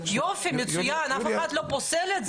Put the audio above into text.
יופי, מצוין, אף אחד לא פוסל את זה.